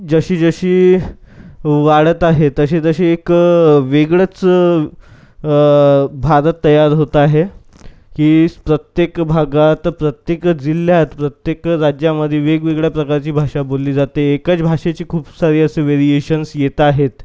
जशी जशी वाढत आहे तशी तशी कं वेगळंच भारत तयार होत आहे की स प्रत्येक भागात प्रत्येक जिल्ह्यात प्रत्येक राज्यामधे वेगवेगळ्या प्रकारची भाषा बोल्ली जाते एकच भाषेचे खूप सारे असे व्हेरिएशन्स येत आहेत